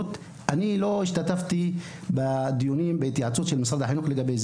ואני לא השתתפתי בדיונים ובהתייעצות של המשרד לגבי זה?